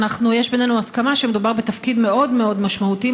יש בינינו הסכמה שמדובר בתפקיד מאוד מאוד משמעותי.